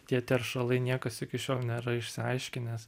tie teršalai niekas iki šiol nėra išsiaiškinęs